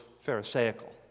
pharisaical